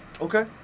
Okay